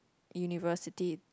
University